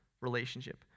relationship